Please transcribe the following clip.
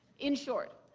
in short,